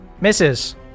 Misses